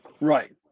Right